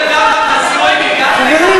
חברים,